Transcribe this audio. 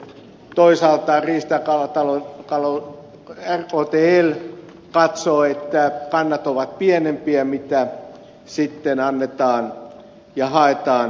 toisaalta riista ja kalatalouden tutkimuslaitos rktl katsoo että kannat ovat pienempiä kuin mitä annetaan ja haetaan pyyntilupia